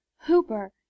hooper